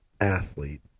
athlete